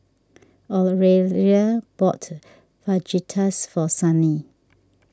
Aurelia bought Fajitas for Sunny